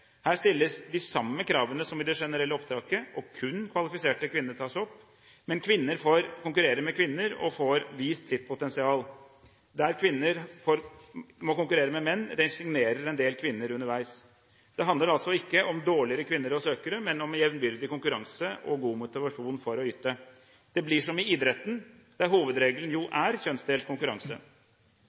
Her stilles de samme kravene som i det generelle opptaket, og kun kvalifiserte kvinner tas opp, men kvinner konkurrerer med kvinner og får vist sitt potensial. Der kvinner må konkurrere med menn, resignerer en del kvinner underveis. Det handler altså ikke om dårligere kvinnelige søkere, men om jevnbyrdig konkurranse og god motivasjon for å yte. Det blir som i idretten, der hovedregelen jo er kjønnsdelt konkurranse.